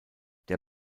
der